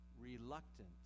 reluctant